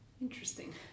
Interesting